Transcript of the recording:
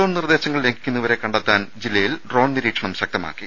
lockdown നിർദേശങ്ങൾ ലംഘിക്കുന്നവരെ കണ്ടെത്താൻ ജില്ലയിൽ ഡ്രോൺ നിരീക്ഷണം ശക്തമാക്കി